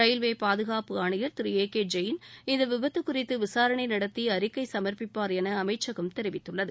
railway பாதுகாப்பு ஆணையர் திரு ஏ கே ஜெயின் இந்த விபத்து குறித்து விசாரணை நடத்தி அறிக்கை சமர்ப்பிப்பார் என அமைச்சகம் தெரிவித்துள்ளது